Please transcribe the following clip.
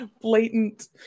blatant